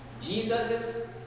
Jesus